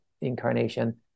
incarnation